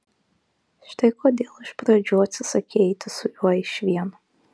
štai kodėl iš pradžių atsisakei eiti su juo išvien